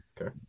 Okay